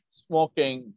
smoking